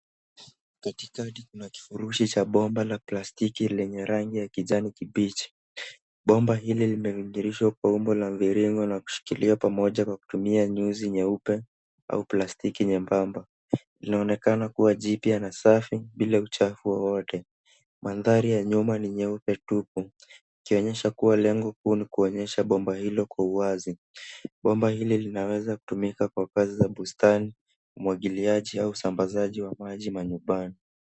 Katikati kuna kifurushi cha bomba la plastiki lenye rangi ya kijani kibichi. Bomba hili limerudilishwa kwa umbo la mviringo na kushikilia pamoja kwa kutumia nyuzi nyeupe, au plastiki nyembamba. Inaonekana kuwa jipya na safi, bila uchafu wowote. Mandhari ya nyuma ni nyeupe tupu. Ikionyesha kuwa lengo kuu ni kuonyesha bomba hilo kwa uwazi. Bomba hili linaweza kutumika kwa kazi za bustani, umwagiliaji, au usambazaji wa maji manyumbani.